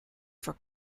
for